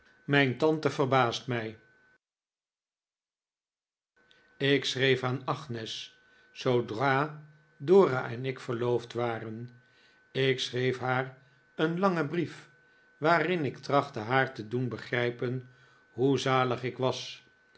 mijn tante verbaast mij ik schreef aan agnes zoodra dora en ik verloofd waren ik schreef haar een langen brief waarin ik trachtte haar te doen begrijpen hoe zalig ik was